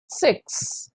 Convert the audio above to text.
six